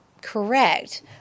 correct